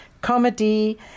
Comedy